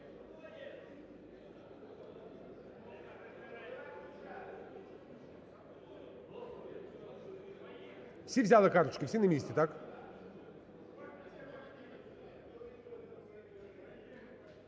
Всі взяли карточки, всі на місці, так?